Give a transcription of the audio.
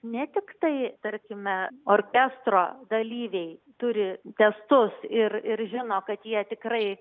ne tiktai tarkime orkestro dalyviai turi testus ir ir žino kad jie tikrai